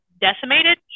decimated